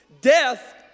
Death